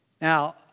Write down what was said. Now